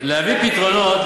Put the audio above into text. להביא פתרונות,